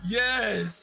yes